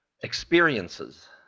experiences